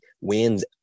wins